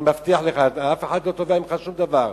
אני מבטיח לך, אף אחד לא תובע ממך שום דבר.